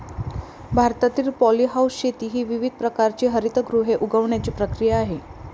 भारतातील पॉलीहाऊस शेती ही विविध प्रकारची हरितगृहे उगवण्याची प्रक्रिया आहे